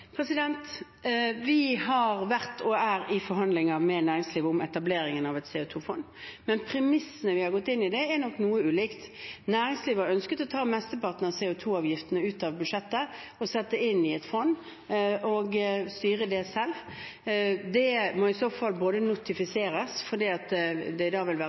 Vi har vært og er i forhandlinger med næringslivet om etableringen av et CO 2 -fond, men premissene vi har gått inn i det på, er nok noe ulike. Næringslivet har ønsket å ta mesteparten av CO 2 -avgiftene ut av budsjettet, sette dem inn i et fond og styre det selv. Det må i så fall notifiseres, fordi det da vil være